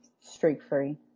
streak-free